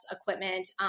equipment